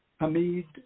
Hamid